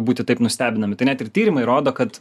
būti taip nustebinami tai net ir tyrimai rodo kad